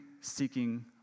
seeking